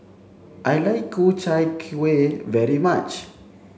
I like Ku Chai Kuih very much